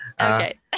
Okay